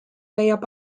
leiab